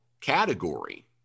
category